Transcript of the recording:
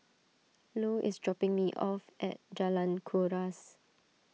Ilo is dropping me off at Jalan Kuras